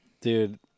Dude